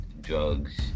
drugs